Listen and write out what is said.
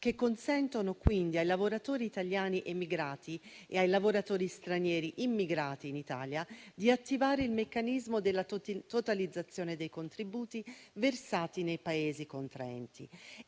che consentono quindi ai lavoratori italiani emigrati e ai lavoratori stranieri immigrati in Italia di attivare il meccanismo della totalizzazione dei contributi versati nei Paesi contraenti.